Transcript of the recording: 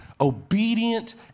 obedient